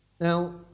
Now